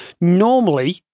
normally